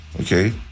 Okay